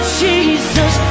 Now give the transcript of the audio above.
jesus